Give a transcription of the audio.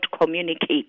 communicate